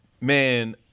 man